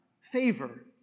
favor